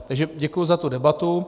Takže děkuji za tu debatu.